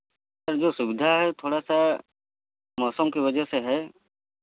sir जो सुविधा है थोड़ा सा मौसम के वजह से है